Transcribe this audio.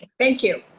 thank you.